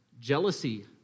jealousy